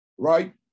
Right